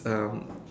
um